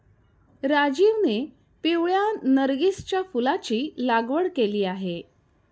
राजीवने पिवळ्या नर्गिसच्या फुलाची लागवड केली आहे